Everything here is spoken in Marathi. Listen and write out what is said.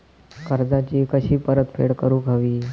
कर्जाची कशी परतफेड करूक हवी?